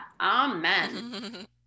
amen